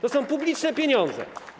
To są publiczne pieniądze.